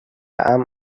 arm